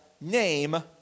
name